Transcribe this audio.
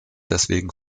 deswegen